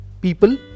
people